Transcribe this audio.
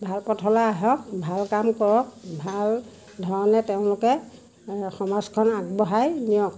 ভাল পথলৈ আহক ভাল কাম কৰক ভাল ধৰণে তেওঁলোকে এ সমাজখন আগবঢ়াই নিয়ক